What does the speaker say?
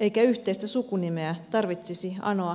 eikä yhteistä sukunimeä tarvitsisi anoa maistraatista